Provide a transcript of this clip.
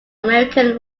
american